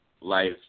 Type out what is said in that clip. life